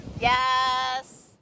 Yes